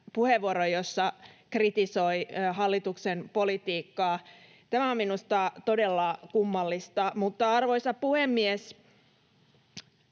puheenvuoron, jossa kritisoi hallituksen politiikkaa. Tämä on minusta todella kummallista. Arvoisa puhemies!